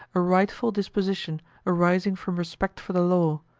a rightful disposition arising from respect for the law,